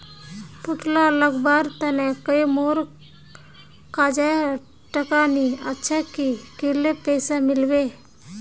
भुट्टा लगवार तने नई मोर काजाए टका नि अच्छा की करले पैसा मिलबे?